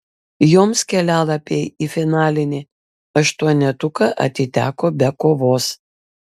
joms kelialapiai į finalinį aštuonetuką atiteko be kovos